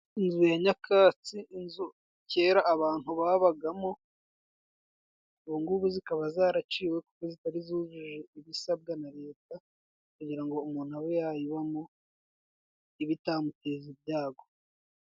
Inzu ya nyakatsi : inzu kera abantu babagamo ,ubungubu zikaba zaraciwe kuko zitari zujuje ibisabwa na leta kugira ngo umuntu abe yayibamo Ibe itamuteza ibyago.